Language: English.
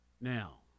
now